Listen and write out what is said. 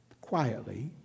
quietly